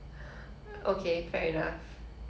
last one last one